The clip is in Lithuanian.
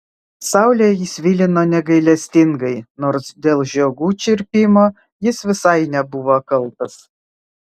saulė jį svilino negailestingai nors dėl žiogų čirpimo jis visai nebuvo kaltas